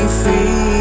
free